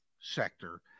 sector